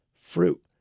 fruit